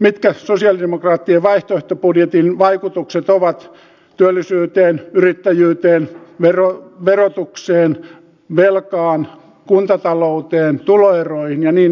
mitkä sosialidemokraattien vaihtoehtobudjetin vaikutukset ovat työllisyyteen yrittäjyyteen verotukseen velkaan kuntatalouteen tuloeroihin ja niin edelleen